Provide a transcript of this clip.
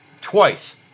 twice